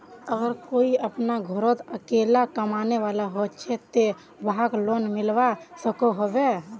अगर कोई अपना घोरोत अकेला कमाने वाला होचे ते वाहक लोन मिलवा सकोहो होबे?